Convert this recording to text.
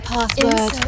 Password